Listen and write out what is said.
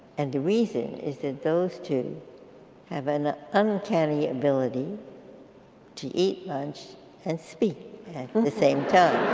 and the reason is that those two have an uncanny ability to eat lunch and speak at the same time.